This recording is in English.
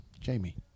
Jamie